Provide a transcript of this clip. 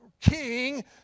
king